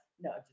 No